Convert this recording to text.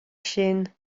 sin